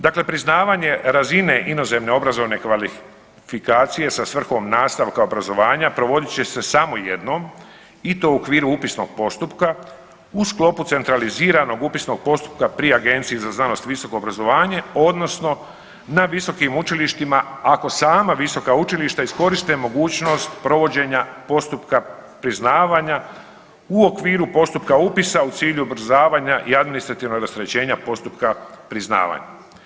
Dakle priznavanje razine inozemne obrazovne kvalifikacije sa svrhom nastavka obrazovanja provodit će se samo jednom i to u okviru upisnog postupka u sklopu centraliziranog upisnog postupka pri Agenciji za znanost i visoko obrazovanje, odnosno na visokim učilištima, ako sama visoka učilište iskoriste mogućnost provođenja postupka priznavanja u okviru postupka upisa u cilju ubrzavanja i administrativnog rasterećenja postupka priznavanja.